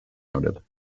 noted